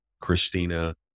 Christina